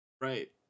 Right